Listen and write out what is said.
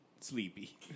Sleepy